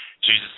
Jesus